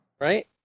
Right